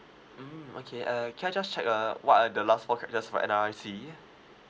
mm okay uh can I just check uh what are the last four characters for your N_R_I_C